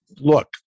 Look